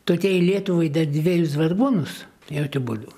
tokiai lietuvai dar dvejus vargonus jokiu būdu